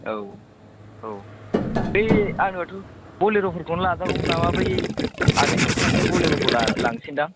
औ औ बै आंनिब्लाथ' बलेर'फोरखौनो लाजागौमोन नामा बै आदै मोगथांनि बलेर'खौ लांनोसैदां